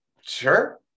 sure